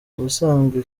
ubusanzwe